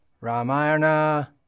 Ramayana